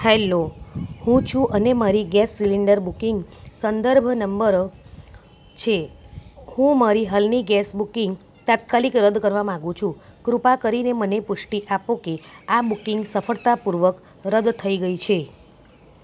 hello હું છું અને મારી ગેસ સિલિન્ડર બુકિંગ સંદર્ભ નંબર છે હું મારી હાલની ગેસ બુકિંગ તાત્કાલિક રદ કરવા માગું છું કૃપા કરીને મને પુષ્ટિ આપો કે આ બુકિંગ સફળતાપૂર્વક રદ થઈ ગઈ છે